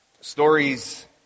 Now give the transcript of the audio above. Stories